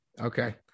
Okay